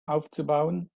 aufzubauen